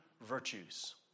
virtues